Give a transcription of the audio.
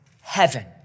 heaven